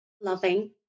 loving